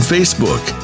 Facebook